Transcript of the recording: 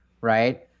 right